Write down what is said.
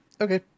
Okay